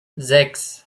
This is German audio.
sechs